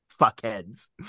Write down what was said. fuckheads